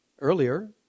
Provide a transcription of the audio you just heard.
earlier